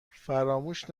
فراموش